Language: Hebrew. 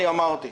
אני אמרתי.